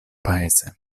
paese